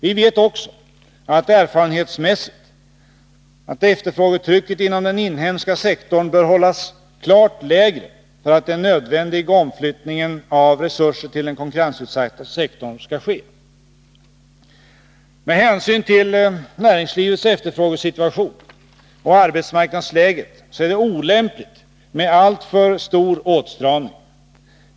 Vi vet också erfarenhetsmässigt att efterfrågetrycket inom den inhemska sektorn bör hållas klart lägre för att den nödvändiga omflyttningen av resurser till den konkurrensutsatta sektorn skall ske. Med hänsyn till näringslivets efterfrågesituation och arbetsmarknadsläget är det olämpligt med alltför stor åtstramning.